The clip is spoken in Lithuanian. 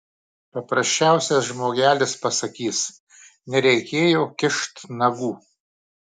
paprasčiausias žmogelis pasakys nereikėjo kišt nagų